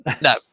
No